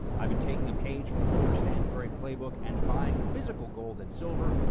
i've been taking a page from the porter stansberry playbook and buying physical gold and silver.